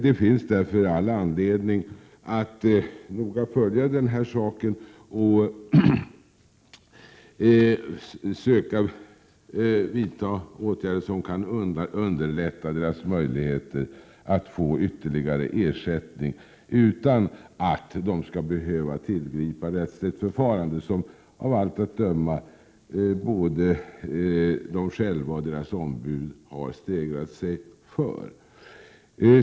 Det finns därför all anledning att noga följa den här saken och söka vidta åtgärder som kan underlätta vederbörandes möjligheter att få ytterligare ersättning utan att de skall behöva tillgripa rättsligt förfarande, något som av allt att döma både de själva och deras ombud har stegrat sig mot.